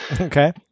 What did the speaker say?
okay